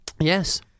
Yes